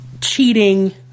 cheating